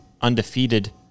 undefeated